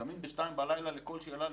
זמין בשעה שעתיים בלילה לכל שאלה,